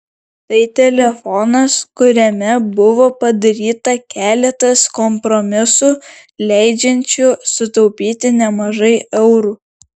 tai telefonas kuriame buvo padaryta keletas kompromisų leidžiančių sutaupyti nemažai eurų